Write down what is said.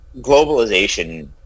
globalization